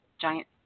giant